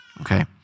okay